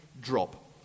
drop